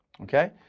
Okay